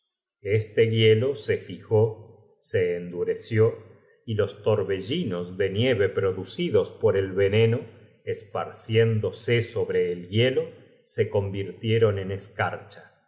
este hielo se fijó se endureció y los torbellinos de nieve producidos por el veneno esparciéndose sobre el hielo se convirtieron en escarcha